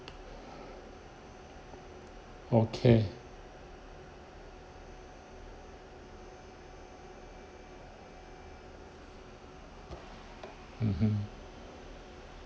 okay mmhmm